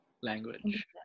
language